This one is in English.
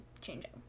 changing